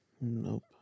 Nope